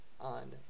on